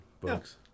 books